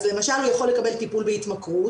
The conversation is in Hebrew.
אז למשל הוא יכול לקבל טיפול בהתמכרות